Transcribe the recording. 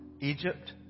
Egypt